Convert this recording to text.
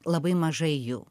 labai mažai jų